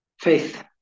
faith